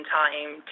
time